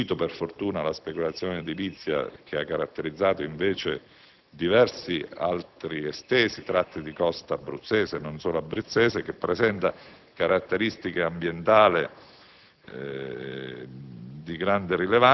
sfuggito alla speculazione edilizia che ha caratterizzato invece diversi altri estesi tratti di costa abruzzese, e non solo abruzzese. Esso presenta caratteristiche ambientali